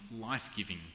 life-giving